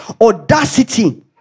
audacity